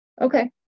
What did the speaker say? okay